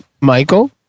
Michael